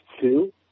two